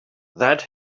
that